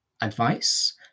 advice